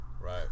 Right